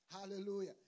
Hallelujah